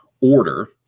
order